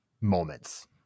moments